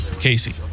Casey